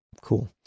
cool